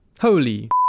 Holy